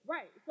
Right